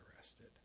arrested